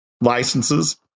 licenses